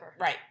right